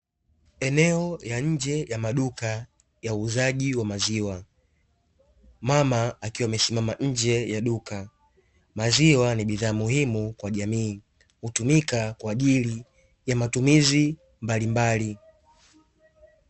Eneo ya nje ya maduka ya uuzaji wa maziwa, mama akiwa amesimama nje ya duka. Maziwa ni bidhaa muhimu kwa jamii, hutumika kwa ajili ya matumizi mbalimbali.